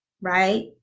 right